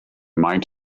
might